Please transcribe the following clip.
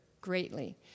greatly